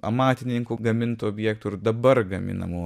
amatininkų gamintų objektų ir dabar gaminamų